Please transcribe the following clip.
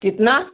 कितना